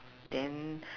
then